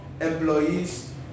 employees